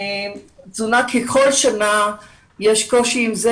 כל שנה יש קושי עם התזונה,